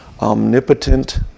omnipotent